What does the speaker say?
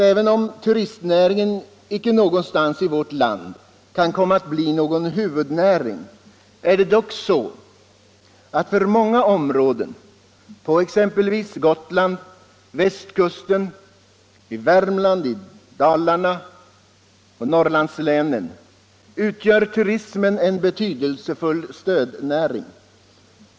Även om turistnäringen icke någonstans i vårt land kan komma att bli någon huvudnäring är det dock så, att turismen för många områden på exempelvis Gotland och västkusten samt i Värmland, Dalarna och Norrlandslänen utgör en betydelsefull stödnäring.